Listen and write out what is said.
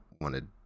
wanted